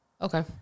Okay